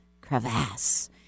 crevasse